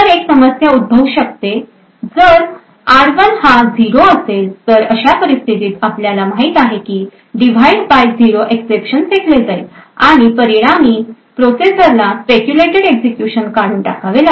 तर एक समस्या उद्भवू शकते जर r1हा झिरो असेल तर अशा परिस्थितीत आपल्याला माहित आहे की डिव्हाइड बाय झिरो एक्सएप्शन फेकले जाईल आणि परिणामी प्रोसेसरला स्पेक्युलेटेड एक्झिक्युशन काढून टाकावे लागेल